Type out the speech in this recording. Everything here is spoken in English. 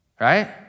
Right